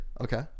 okay